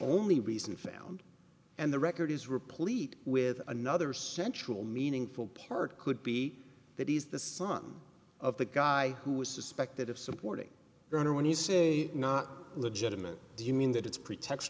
only reason found and the record is replete with another central meaningful part could be that he's the son of the guy who is suspected of supporting or when you say not legitimate do you mean that it's pretext